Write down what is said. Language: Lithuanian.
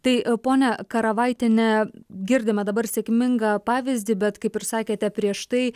tai ponia karavaitiene girdime dabar sėkmingą pavyzdį bet kaip ir sakėte prieš tai